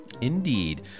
indeed